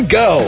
go